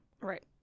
Right